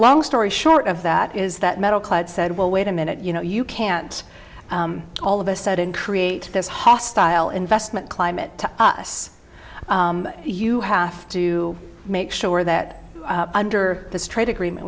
long story short of that is that metal clad said well wait a minute you know you can't all of a sudden create this hostile investment climate to us you have to make sure that under this trade agreement